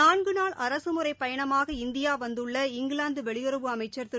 நான்கு நாள் அரசு முறைப் பயணமாக இந்தியா வந்துள்ள இங்கிலாந்து வெளியுறவு அமைச்சர் திரு